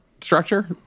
structure